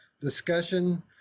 discussion